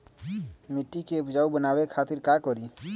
मिट्टी के उपजाऊ बनावे खातिर का करी?